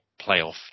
playoff